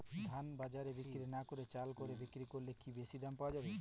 ধান বাজারে বিক্রি না করে চাল কলে বিক্রি করলে কি বেশী দাম পাওয়া যাবে?